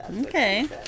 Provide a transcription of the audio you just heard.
Okay